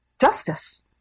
justice